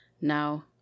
Now